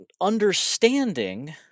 understanding